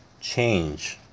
change